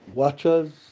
watchers